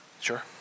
Sure